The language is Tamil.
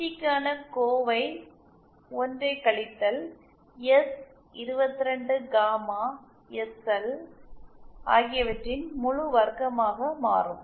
டிக்கான எக்ஸ்பிரஷன் 1 கழித்தல் எஸ்22 காமா எஸ்எல் ஆகியவற்றின் முழு வர்க்கமாக மாறும்